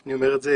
אני אומר את זה